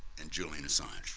and julian assange.